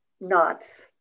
knots